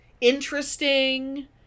interesting